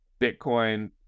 Bitcoin